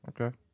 Okay